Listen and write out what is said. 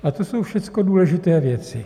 A to jsou všecko důležité věci.